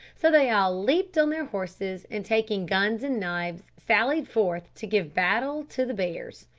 so they all leaped on their horses, and taking guns and knives sallied forth to give battle to the bears.